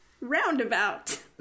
Roundabout